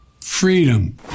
Freedom